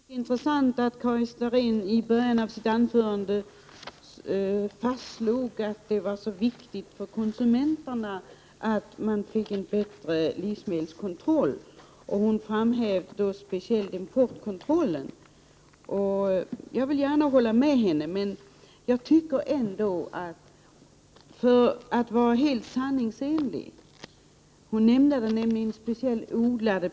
Herr talman! Det var mycket intressant att Karin Starrin i början av sitt anförande fastslog att det var så viktigt för konsumenterna att man fick en bättre livsmedelskontroll. Hon framhöll speciellt importkontrollen av odlade produkter. Jag vill gärna hålla med henne.